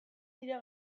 dira